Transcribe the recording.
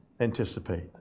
anticipate